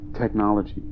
technology